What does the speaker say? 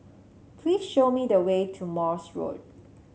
please show me the way to Morse Road